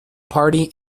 party